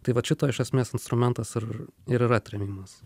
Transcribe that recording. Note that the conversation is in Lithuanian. tai vat šito iš esmės instrumentas ir ir yra trėmimas